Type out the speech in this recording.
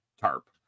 tarp